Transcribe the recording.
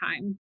time